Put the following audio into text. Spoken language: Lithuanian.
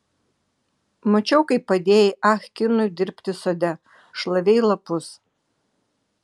mačiau kaip padėjai ah kinui dirbti sode šlavei lapus